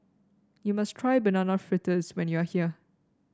you must try Banana Fritters when you are here